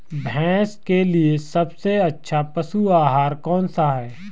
भैंस के लिए सबसे अच्छा पशु आहार कौनसा है?